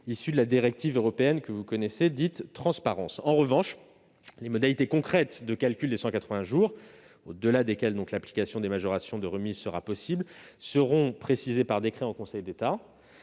issues de la directive européenne Transparence. En revanche, les modalités concrètes de calcul des 180 jours au-delà desquels l'application des majorations de remise sera possible seront précisées par décret en Conseil d'État.